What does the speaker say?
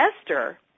Esther